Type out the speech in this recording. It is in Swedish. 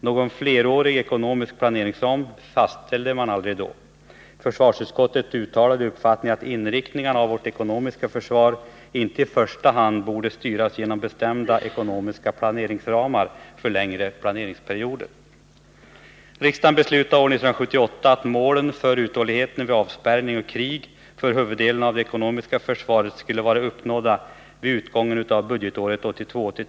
Någon flerårig ekonomisk planeringsram fastställdes inte. Försvarsutskottet uttalade uppfattningen att inriktningarna av vårt ekonomiska försvar inte i första hand borde styras genom bestämda ekonomiska planeringsramar för längre planeringsperioder. Riksdagen beslutade år 1978 att målen för uthålligheten vid avspärrning och krig för huvuddelen av det ekonomiska försvaret skulle vara uppnådda vid utgången av budgetåret 1982/83.